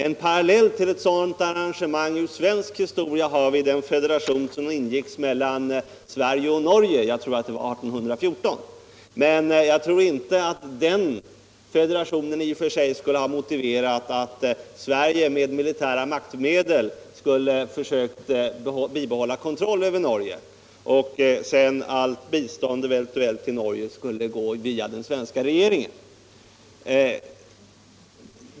En parallell till ett sådant arrangemang har vi i svensk historia i den federation som ingicks mellan Sverige och Norge — jag tror det var 1814 — men den federationen skulle nog inte i och för sig ha motiverat att Sverige med militära maktmedel försökt bibehålla kontrollen över Norge och att allt eventuellt bistånd till Norge skulle gå via den svenska regeringen.